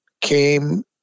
came